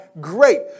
great